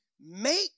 make